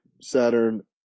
Saturn